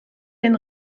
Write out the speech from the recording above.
den